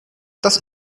das